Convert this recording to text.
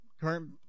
current